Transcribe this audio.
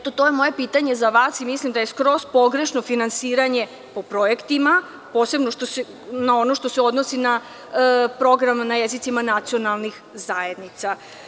To je moje pitanje za vas i mislim da je skroz pogrešno finansiranje po projektima, posebno ono što se odnosi na program na jezicima nacionalnih zajednica.